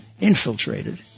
infiltrated